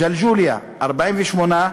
ג'לג'וליה: 48,